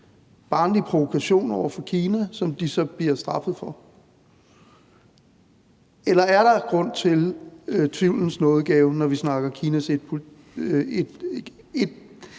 barnlig provokation over for Kina, som de så bliver straffet for. Eller er der en grund til tvivlens nådegave, når vi snakker etkinapolitikken